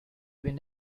been